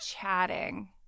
chatting